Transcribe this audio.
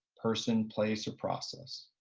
person, place, or process,